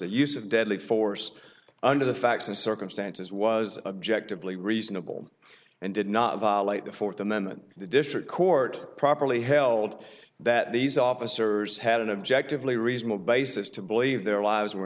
the use of deadly force under the facts of circumstances was objectively reasonable and did not violate the fourth amendment the district court properly held that these officers had an objective lay reasonable basis to believe their lives were